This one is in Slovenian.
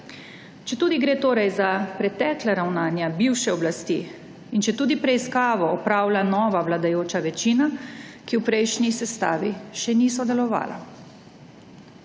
četudi gre torej za pretekla ravnanja bivše oblasti in četudi preiskavo opravlja nova vladajoča večina, ki v prejšnji sestavi še ni sodelovala.